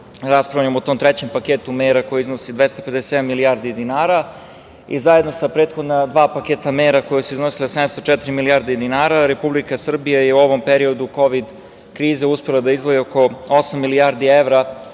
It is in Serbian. rasprava o tom trećem paketu mera koji iznosi 257 milijardi dinara i zajedno sa prethodna dva paketa mera koje su iznosile 704 milijarde dinara Republika Srbija je u ovom periodu kovid krize uspela da izdvoji oko osam milijardi evra